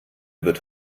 wird